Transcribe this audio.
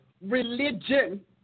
religion